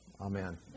Amen